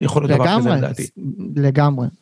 יכול להיות דבר כזה, לדעתי. לגמרי.